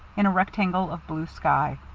in a rectangle of blue sky.